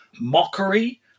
mockery